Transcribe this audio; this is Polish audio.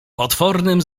potwornym